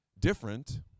different